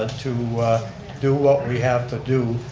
ah to do what we have to do,